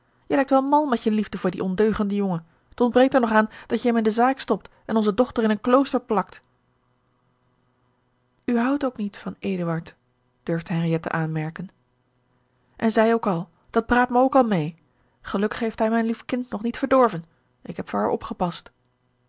je lijkt wel mal met je liefde voor dien ondeugenden jongen t ontbreekt er nog aan dat je hem in de zaak stopt en onze dochter in een klooster plakt u houdt ook niet van eduard durfde henriëtte aanmerken en zij ook al dat praat me ook al meê gelukkig heeft hij mijn lief kind nog niet verdorven ik heb voor haar opgepast